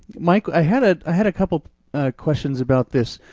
mike, i had ah ah had a couple questions about this,